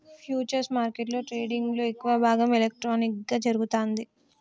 futures మార్కెట్ల ట్రేడింగ్లో ఎక్కువ భాగం ఎలక్ట్రానిక్గా జరుగుతాంది